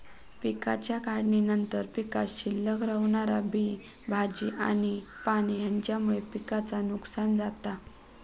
पिकाच्या काढणीनंतर पीकात शिल्लक रवणारा बी, भाजी आणि पाणी हेच्यामुळे पिकाचा नुकसान जाता